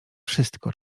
wszystko